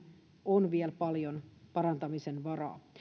on vielä paljon parantamisen varaa